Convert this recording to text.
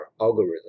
algorithm